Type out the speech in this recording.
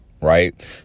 Right